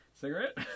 Cigarette